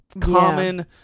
common